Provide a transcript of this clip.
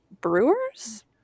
Brewers